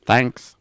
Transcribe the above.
Thanks